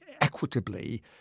equitably